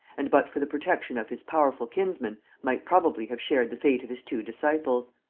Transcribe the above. and, but for the protection of his powerful kinsman might probably have shared the fate of his two disciples.